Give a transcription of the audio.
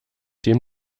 dem